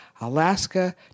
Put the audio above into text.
Alaska